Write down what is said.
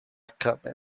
câmera